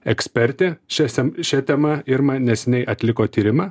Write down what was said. ekspertė čia sem šia tema ir man neseniai atliko tyrimą